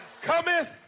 cometh